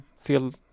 feel